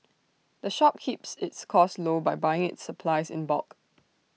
the shop keeps its costs low by buying its supplies in bulk